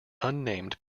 unnamed